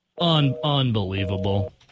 Unbelievable